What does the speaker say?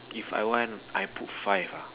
if I want I put five ah